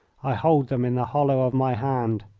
i hold them in the hollow of my hand.